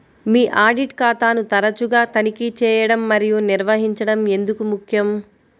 మీ audit ఖాతాను తరచుగా తనిఖీ చేయడం మరియు నిర్వహించడం ఎందుకు ముఖ్యం?